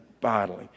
bodily